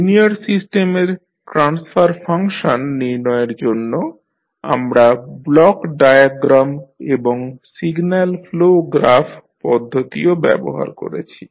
linear সিস্টেমের transfer function নির্ণয়ের জন্য আমরা ব্লক ডায়াগ্রাম এবং সিগন্যাল ফ্লো গ্রাফ পদ্ধতিও ব্যবহার করেছি